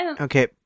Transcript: okay